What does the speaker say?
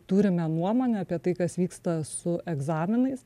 turime nuomonę apie tai kas vyksta su egzaminais